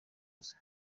gusa